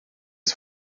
ist